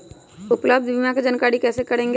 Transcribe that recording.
उपलब्ध बीमा के जानकारी कैसे करेगे?